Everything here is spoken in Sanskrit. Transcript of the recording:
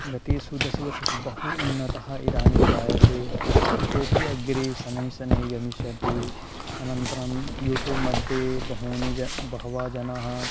गतेषु दशवर्षेषु बहून्नतः इदानीं जायते इतोपि अग्रे शनैःशनैः गमिष्यन्ति अनन्तरं युट्यूब्मध्ये बहूनि ज बहवःजनाः